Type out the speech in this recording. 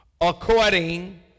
according